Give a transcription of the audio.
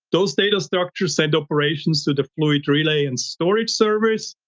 those data structures send operations to deploy relay and storage service,